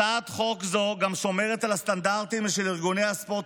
הצעת חוק זו גם שומרת על הסטנדרטים של ארגוני הספורט